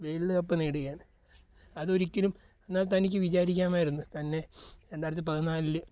world cup നേടുകയാണ് അതൊരിക്കലും എന്നാൽ തനിക്ക് വിചാരിക്കാമായിരുന്നു തന്നെ രണ്ടായിരത്തി പതിനാലിൽ